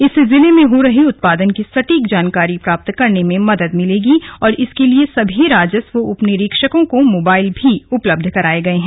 इससे जिले में हो रहे उत्पादन की सटीक जानकारी प्राप्त करने में मदद मिलेगी और इसके लिए सभी राजस्व उपनिरीक्षको को मोबाईल भी उपलब्ध कराये गये है